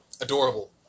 adorable